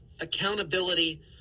accountability